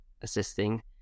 assisting